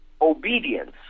obedience